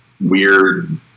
weird